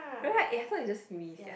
right eh I thought it's just me sia